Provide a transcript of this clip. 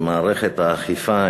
שמערכת האכיפה,